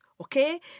Okay